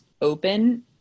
open